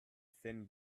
thin